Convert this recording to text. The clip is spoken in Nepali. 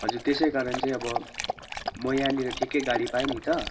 हजुर त्यसै कारण चाहिँ अब म यहाँनिर ठिकै गाडी पाएँ नि त